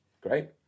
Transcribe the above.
great